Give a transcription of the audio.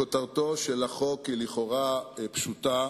כותרתו של החוק היא לכאורה פשוטה.